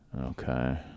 Okay